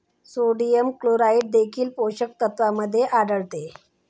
sodium chloride देखील पोषक तत्वांमध्ये आढळते